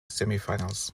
semifinals